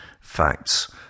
facts